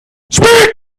speak